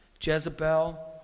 Jezebel